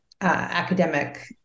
academic